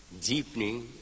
deepening